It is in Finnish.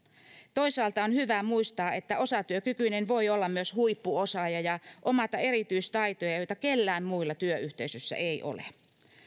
toisaalta on hyvä muistaa että osatyökykyinen voi olla myös huippuosaaja ja omata erityistaitoja joita kellään muilla työyhteisössä ei ole